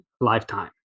lifetime